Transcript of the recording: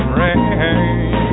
rain